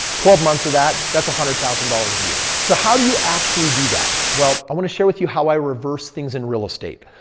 twelve months of that, that's a hundred thousand dollars a year. so, how do you actually do that? well, i want to share with you how i reverse things in real estate.